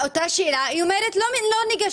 את אותה שאלה היא אומרת שלא ניגשים.